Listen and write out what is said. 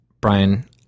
Brian